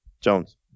Jones